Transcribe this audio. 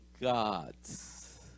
gods